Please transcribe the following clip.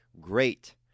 great